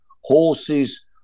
horses